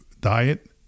diet